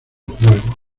juegos